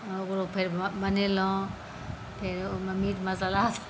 ओकरो फेर बनेलहुँ फेर ओहिमे मीट मसालासभ